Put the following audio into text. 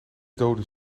dode